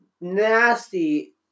nasty